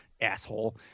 asshole